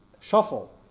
shuffle